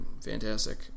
Fantastic